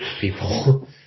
People